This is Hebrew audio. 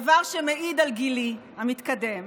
דבר שמעיד על גילי המתקדם.